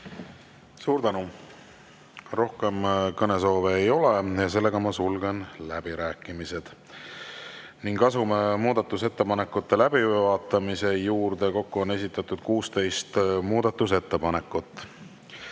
Suur tänu! Rohkem kõnesoove ei ole. Sulgen läbirääkimised. Asume muudatusettepanekute läbivaatamise juurde. Kokku on esitatud 16 muudatusettepanekut.